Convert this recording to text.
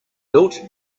built